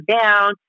down